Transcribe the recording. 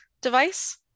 device